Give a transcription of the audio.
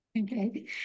Okay